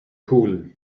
pool